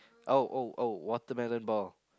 oh oh oh watermelon ball